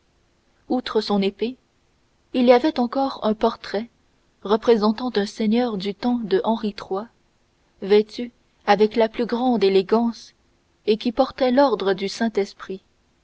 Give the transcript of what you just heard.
outre son épée il y avait encore un portrait représentant un seigneur du temps de henri iii vêtu avec la plus grande élégance et qui portait l'ordre du saint-esprit